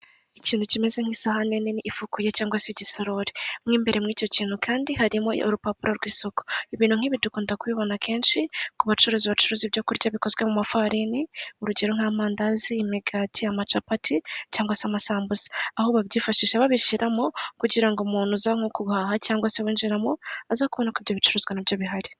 Ikintu kimeza nk'isahani nini ifukuye cyangwa se igisorori mo imbere mu icyo kintu kandi harimo urupapuro rw'isuku, ibintu nk'ibi dukunda kubibona kenshi ku bacuruzi bacuruza ibyo kurya bikozwe mu mafarini, urugero: nk'amandazi, imigati, ama capati cyangwa se amasambusa, aho babyifashisha babishyira mo kugira umuntu uza nko guhaha cyangwa se winjira mo aze kubona ko ibyo bicuruzwa nabyo bihari.